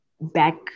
back